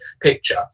picture